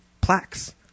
plaques